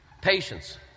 Patience